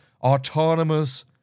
autonomous